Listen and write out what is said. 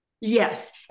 Yes